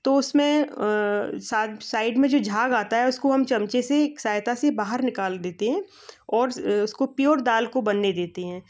तो उसमें साइड में जो झाग आता हैं उसको हम चम्मचे से एक सहायता से बाहर निकल देते हैं और उस उसको प्योर दाल को बनने देते है